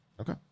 Okay